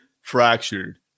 fractured